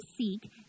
seek